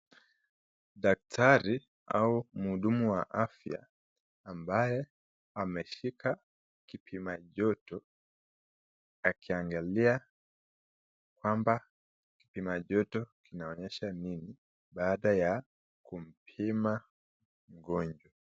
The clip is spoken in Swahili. Daktari au mhudumu wa afya ambaye ameshika kipimajoto akiangalia kwamba kipimajoto kinaonyesha nini baada ya kumpima mgonjwa.